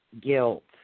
guilt